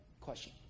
question